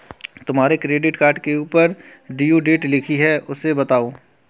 तुम्हारे credit card के ऊपर ड्यू डेट लिखी है उसे बताओ